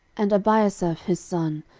and ebiasaph his son,